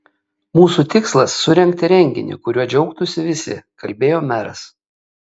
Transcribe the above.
mūsų tikslas surengti renginį kuriuo džiaugtųsi visi kalbėjo meras